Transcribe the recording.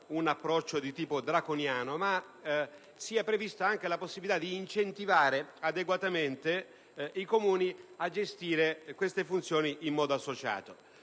un approccio di tipo draconiano, ma che sia prevista la possibilità di incentivare adeguatamente i Comuni a gestire tali funzioni in modo associato.